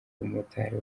umumotari